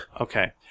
Okay